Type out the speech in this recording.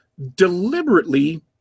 deliberately